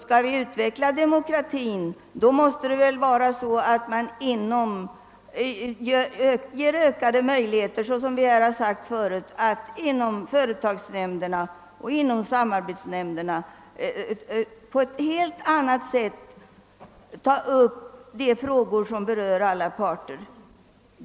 Skall vi utveckla demokratin måste vi väl skapa ökade möjligheter att inom företagsnämnderna och samarbetsnämnderna ta upp de frågor som berör alla parter.